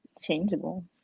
Changeable